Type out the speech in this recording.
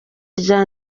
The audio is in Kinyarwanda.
rya